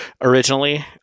originally